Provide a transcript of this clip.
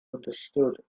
understood